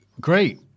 great